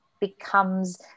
becomes